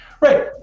Right